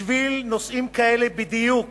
בשביל נושאים כאלה בדיוק